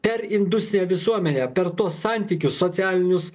per industrinę visuomenę per tuos santykius socialinius